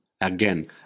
again